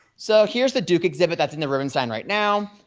so here's the duke exhibit that's in the rubenstein right now.